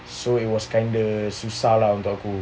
so it was kind of susah lah untuk aku